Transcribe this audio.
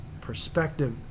perspective